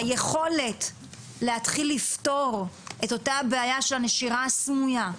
היכולת להתחיל לפתור את אותה בעיה של הנשירה הסמויה,